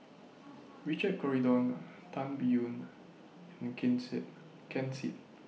Richard Corridon Tan Biyun and King Seet Ken Seet